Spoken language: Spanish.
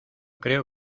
creo